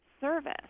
service